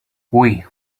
avui